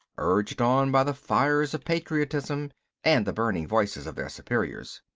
urged on by the fires of patriotism and the burning voices of their superiors.